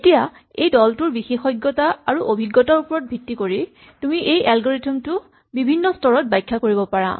এতিয়া এই দলটোৰ বিশেষজ্ঞতা আৰু অভিজ্ঞতাৰ ওপৰত ভিত্তি কৰি তুমি এই এলগৰিথম টো বিভিন্ন স্তৰত ব্যাখ্যা কৰিব পাৰা